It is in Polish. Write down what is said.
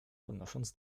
podnosząc